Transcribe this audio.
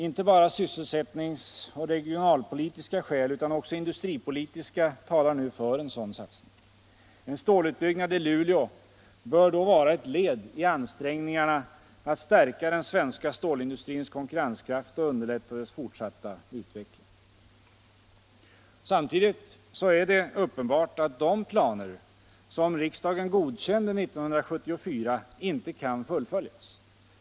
Inte bara sysselsättningsoch regionalpolitiska skäl utan också industripolitiska talar nu för en sådan satsning. En stålutbyggnad i Luleå bör då vara ett led i ansträngningarna att stärka den svenska stålindustrins konkurrenskraft och underlätta dess fortsatta utveckling. Samtidigt är det uppenbart att de planer som riksdagen godkände 1974 inte kan fullföljas.